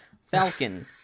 falcon